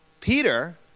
Peter